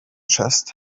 chest